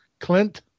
Clint